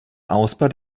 ausbau